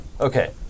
Okay